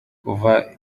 kuva